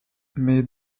mais